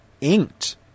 inked